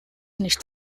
nicht